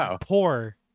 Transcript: poor